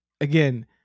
again